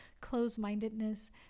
closed-mindedness